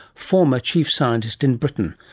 former chief scientist in britain.